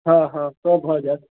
हँ हँ सब भऽ जाएत